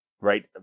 right